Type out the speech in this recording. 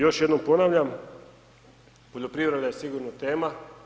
Još jednom ponavljam, poljoprivreda je sigurna tema.